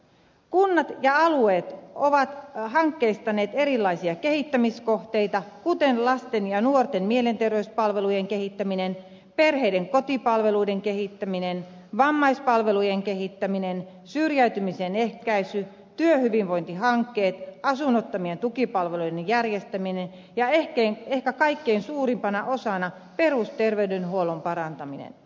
kunnat ja alueet ovat hankkeistaneet erilaisia kehittämiskohteita joita ovat lasten ja nuorten mielenterveyspalvelujen kehittäminen perheiden kotipalveluiden kehittäminen vammaispalvelujen kehittäminen syrjäytymisen ehkäisy työhyvinvointihankkeet asunnottomien tukipalveluiden järjestäminen ja ehkä kaikkein suurimpana osana perusterveydenhuollon parantaminen